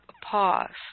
pause